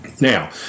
Now